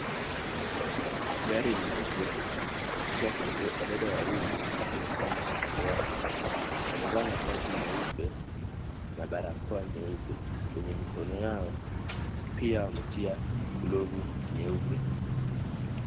Gari limeegeshwa kisha kuna wadada wawili wamesimama kando yake. Wamevaa mashati meupe na barakoa nyeupe. Kwenye mikono yao pia wametia glovu nyeupe.